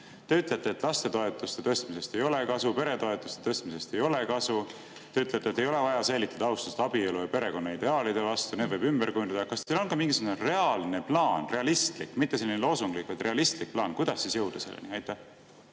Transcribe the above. Te ütlete, et lastetoetuste tõstmisest ei ole kasu, peretoetuste tõstmisest ei ole kasu. Te ütlete, et ei ole vaja säilitada austust abielu ja perekonna ideaalide vastu, need võib ümber kujundada. Kas teil on ka mingisugune reaalne plaan – realistlik, mitte selline loosunglik –, kuidas jõuda selleni? Aitäh!